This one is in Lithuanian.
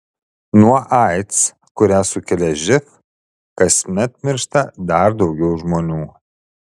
nuo aids kurią sukelia živ kasmet miršta dar daugiau žmonių